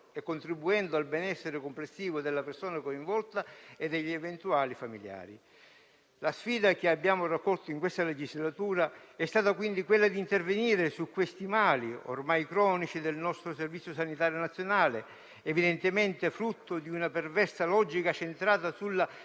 contribuendo al benessere complessivo della persona coinvolta e degli eventuali familiari. La sfida che abbiamo raccolto in questa legislatura è stata, quindi, di intervenire su questi mali ormai cronici del nostro Servizio sanitario nazionale, evidentemente frutto di una perversa logica centrata sulla